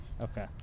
Okay